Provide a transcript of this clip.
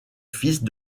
fils